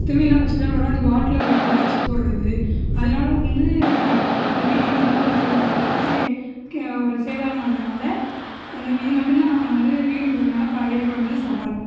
சுத்தமே இல்லாமல் வச்சுக்கிட்டாலும் பரவாயில்ல இந்த பாட்டில போட்டு உடச்சி போடுறது அதனால வந்து அந்த வீடுகள் வந்து கொஞ்சம் நல்லா ஒரு சேதாரம் பண்றதுனால அந்த இது மட்டும்தான் நாங்க வந்து வீடு குடுக்குறதுனால ஏற்படும் வந்து சவால்